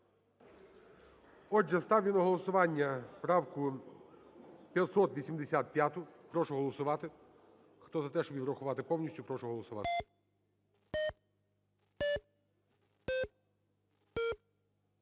Отже, ставлю на голосування правку 585. Прошу голосувати. Хто за те, щоб її врахувати повністю, прошу голосувати.